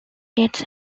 gets